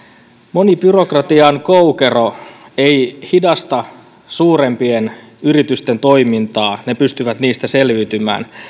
moni byrokratian koukero ei hidasta suurempien yritysten toimintaa ne pystyvät niistä selviytymään